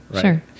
sure